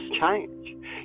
change